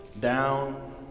down